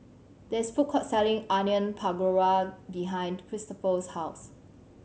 there is a food court selling Onion Pakora behind Kristofer's house